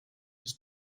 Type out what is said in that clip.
гэж